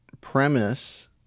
premise